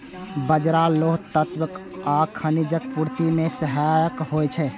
बाजरा लौह तत्व आ खनिजक पूर्ति मे सहायक होइ छै